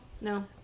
No